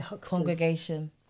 congregation